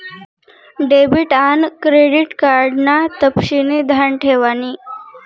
debit आन credit card ना तपशिनी ध्यान ठेवानी